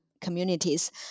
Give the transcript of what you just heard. communities